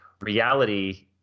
reality